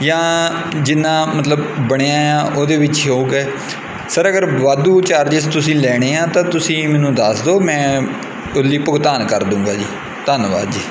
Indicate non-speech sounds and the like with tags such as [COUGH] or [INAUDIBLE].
ਜਾਂ ਜਿੰਨਾ ਮਤਲਬ ਬਣਿਆ ਆ ਉਹਦੇ ਵਿੱਚ [UNINTELLIGIBLE] ਹੈ ਸਰ ਅਗਰ ਵਾਧੂ ਚਾਰਜਿਸ ਤੁਸੀਂ ਲੈਣੇ ਆ ਤਾਂ ਤੁਸੀਂ ਮੈਨੂੰ ਦੱਸ ਦਿਉ ਮੈਂ ਉਹਦੇ ਲਈ ਭੁਗਤਾਨ ਕਰ ਦੁੰਗਾ ਜੀ ਧੰਨਵਾਦ ਜੀ